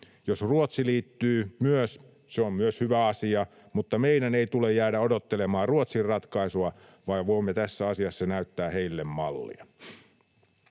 Jos Ruotsi liittyy myös, se on myös hyvä asia, mutta meidän ei tule jäädä odottelemaan Ruotsin ratkaisua, vaan voimme tässä asiassa näyttää heille mallia.